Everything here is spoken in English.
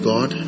God